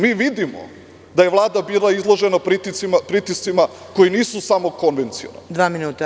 Mi vidimo da je Vlada bila izložena pritiscima koji nisu samo konvencionalni.